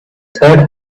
third